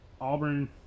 Auburn